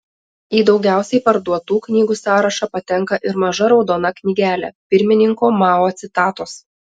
į daugiausiai parduotų knygų sąrašą patenka ir maža raudona knygelė pirmininko mao citatos